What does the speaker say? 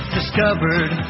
Discovered